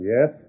Yes